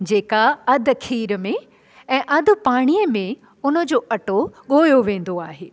जेका अधु खीर में ऐं अधु पाणीअ में उनजो अटो ॻोयो वेंदो आहे